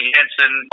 Hansen